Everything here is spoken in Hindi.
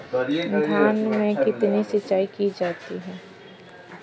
धान में कितनी सिंचाई की जाती है?